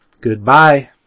goodbye